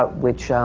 ah which